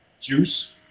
juice